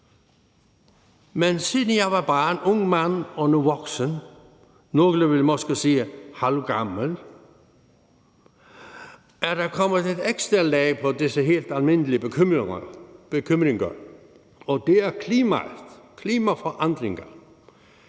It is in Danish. Men siden jeg var barn, ung mand og nu voksen – nogle vil måske sige halvgammel – er der kommet et ekstra lag på disse helt almindelige bekymringer, og det er klimaet og klimaforandringerne.